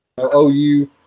OU